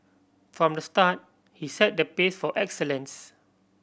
from the start he set the pace for excellence